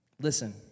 Listen